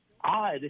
odd